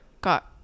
got